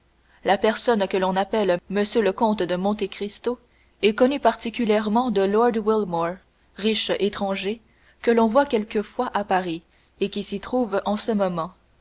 la personne que l'on appelle m le comte de monte cristo est connue particulièrement de lord wilmore riche étranger que l'on voit quelquefois à paris et qui s'y trouve en ce moment